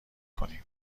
کنیم